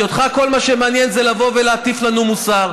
כי אותך כל מה שמעניין זה לבוא ולהטיף לנו מוסר.